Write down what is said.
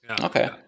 Okay